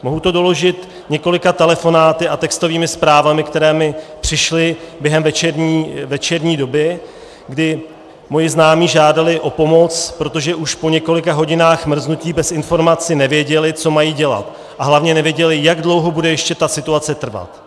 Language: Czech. Mohu to doložit několika telefonáty a textovými zprávami, které mi přišly během večerní doby, kdy moji známí žádali o pomoc, protože už po několika hodinách mrznutí bez informací nevěděli, co mají dělat, a hlavně nevěděli, jak dlouho bude ještě ta situace trvat.